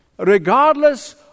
Regardless